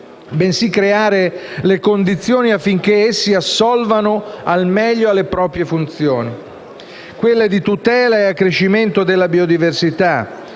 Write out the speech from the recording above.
bensì creare le condizioni affinché essi assolvano al meglio alle proprie funzioni: tutela e accrescimento della biodiversità;